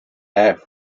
never